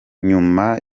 nyuma